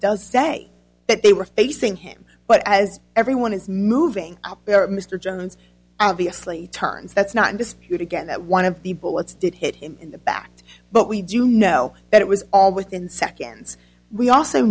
does say that they were facing him but as everyone is moving up there mr jones obviously turns that's not in dispute again that one of the bullets did hit him in the back but we do know that it was all within seconds we also